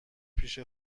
پیش